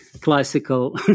classical